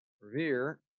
revere